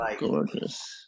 gorgeous